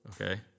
Okay